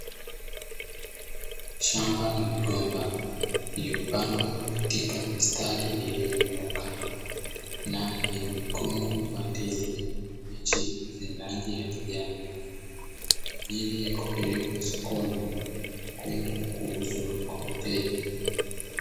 Shamba la migomba lililopandwa katika mistari iliyonyooka na yenye mikungu wa ndizi mbichi zenye rangi ya kijani, kwa ajili ya kupelekwa sokoni na kwenda kuuzwa kwa wateja.